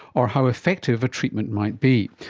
or how effective a treatment might be.